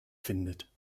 findet